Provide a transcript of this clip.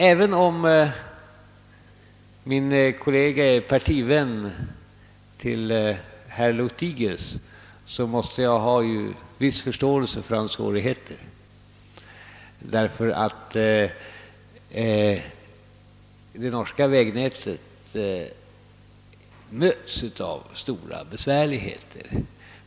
Även om min norske kollega är partivän till herr Lothigius måste jag emellertid ha en viss förståelse för hans svårigheter. Det norska vägväsendet kämpar nämligen med stora besvärligheter.